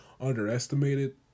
underestimated